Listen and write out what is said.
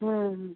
हाँ